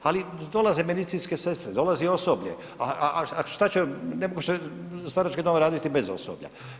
Ali dolaze medicinske sestre, dolazi osoblje, a šta će ne može starački dom raditi bez osoblja.